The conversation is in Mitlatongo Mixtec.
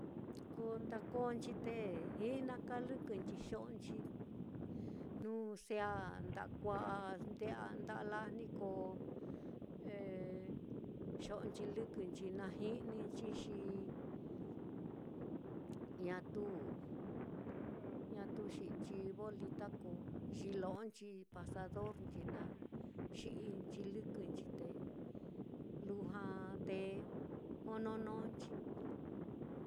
Ko ndakonchi te ji'naka lɨkɨnchi xo'onchi jnu sea nda'a kua'a nda'a lajni ko xo'onchi lɨkɨnchi, xi naji'ni nchi ñatu ñatu xi'inchi bolita, ko yɨlo'onchi, pasadornchi naá, xi'inchi lɨkɨnchi te lujua te jononónchi.